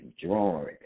drawing